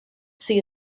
see